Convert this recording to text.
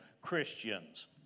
Christians